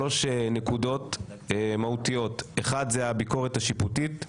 שלוש נקודות מהותיות: 1. הביקורת השיפוטית.